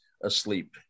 asleep